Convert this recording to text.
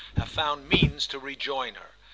have found means to rejoin her.